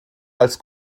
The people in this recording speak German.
als